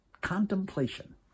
contemplation